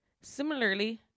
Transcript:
Similarly